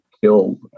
killed